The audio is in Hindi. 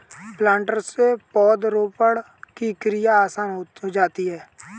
प्लांटर से पौधरोपण की क्रिया आसान हो जाती है